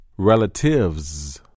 Relatives